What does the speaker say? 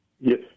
Yes